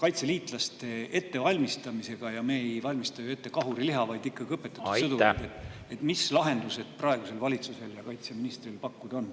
kaitseliitlaste ettevalmistamisega. Ja me ei valmista ju ette kahuriliha, vaid ikkagi õpetame sõdureid välja. Mis lahendused praegusel valitsusel ja kaitseministril pakkuda on?